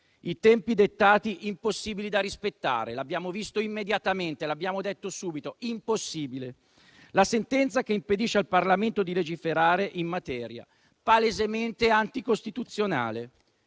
I tempi dettati sono impossibili da rispettare: l'abbiamo visto immediatamente, l'abbiamo detto subito. Impossibile. La sentenza che impedisce al Parlamento di legiferare in materia è palesemente anticostituzionale.